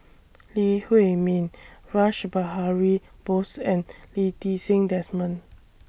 Lee Huei Min Rash Behari Bose and Lee Ti Seng Desmond